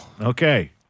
Okay